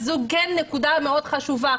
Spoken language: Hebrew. זו כן נקודה מאוד חשובה.